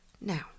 Now